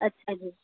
ਅੱਛਾ ਜੀ